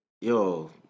Yo